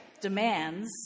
demands